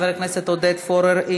חבר הכנסת עודד פורר,